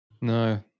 No